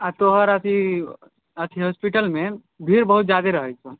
आर तोहर अथी होस्पिटल मे भीड़ बहुत जादा रहै छौं